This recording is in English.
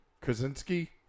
Krasinski